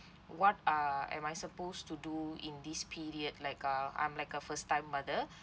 what are am I supposed to do in this period like uh I'm like a first time mother